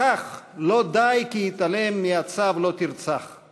בכך לא די כי התעלם מהצו "לא תרצח";